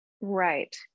right